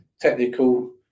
technical